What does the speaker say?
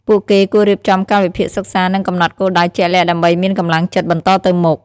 ពួកគេគួររៀបចំកាលវិភាគសិក្សា និងកំណត់គោលដៅជាក់លាក់ដើម្បីមានកម្លាំងចិត្តបន្តទៅមុខ។